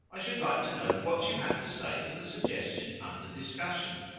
i should like to know what you have to say to the suggestion under discussion.